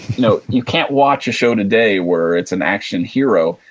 you know you can't watch a show today where it's an action hero,